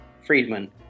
friedman